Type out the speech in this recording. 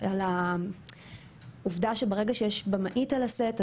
על העובדה שברגע שיש במאית על הסט,